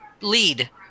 lead